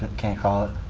can't call it.